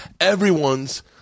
everyone's